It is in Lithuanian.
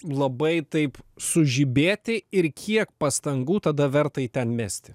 labai taip sužibėti ir kiek pastangų tada verta į ten mesti